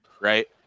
right